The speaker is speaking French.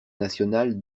national